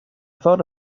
thought